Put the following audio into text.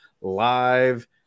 live